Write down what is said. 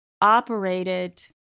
operated